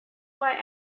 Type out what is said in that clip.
why